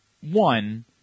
One